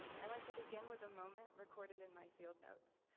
i want to begin with a moment recorded in my field notes.